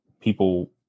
people